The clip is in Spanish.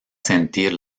sentir